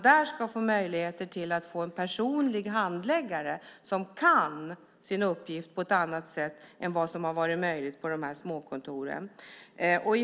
Där ska man få möjlighet att få en personlig handläggare som kan sin uppgift på ett annat sätt än som har varit möjligt på de här små kontoren.